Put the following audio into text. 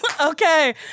Okay